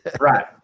right